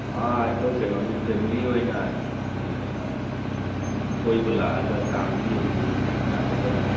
ꯑꯩꯈꯣꯏ ꯀꯩꯅꯣꯅꯤ ꯐꯦꯃꯤꯂꯤ ꯑꯣꯏꯅ ꯑꯗꯨꯝ ꯀꯣꯏꯕ ꯂꯥꯛꯑꯒ ꯀꯥꯡꯗꯨ ꯌꯦꯡꯅꯤꯡꯕꯒꯤ ꯂꯥꯛꯀꯦ ꯇꯧꯕꯅꯤ